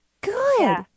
Good